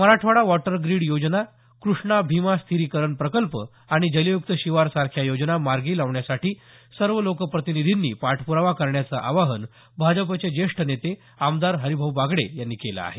Marathwada water grid योजना कृष्णा भिमा स्थिरीकरण प्रकल्प आणि जलय्क्त शिवार सारख्या योजना मार्गी लावण्यासाठी सर्व लोकप्रतिनीधींनी पाठप्रावा करण्याचं आवाहन भाजपचे ज्येष्ठ नेते आमदार हरिभाऊ बागडे यांनी केलं आहे